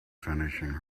finishing